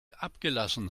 abgelassen